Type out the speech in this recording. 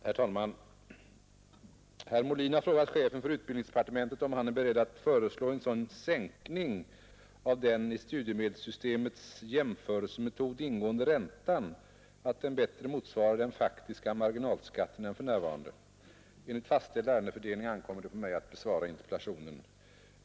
Herr talman! Herr Molin har frågat chefen för utbildningsdepartementet, om han är beredd att föreslå en sådan sänkning av den i studiemedelssystemets jämförelsemetod ingående räntan att den bättre motsvarar den faktiska marginalskatten än för närvarande. Enligt fastställd ärendefördelning ankommer det på mig att besvara interpellationen.